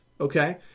Okay